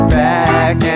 back